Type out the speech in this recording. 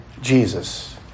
Jesus